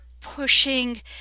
pushing